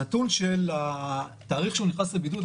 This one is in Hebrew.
הנתון של התאריך שהוא נכנס לבידוד,